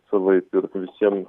savaip ir visiem